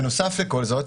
בנוסף לכל זה,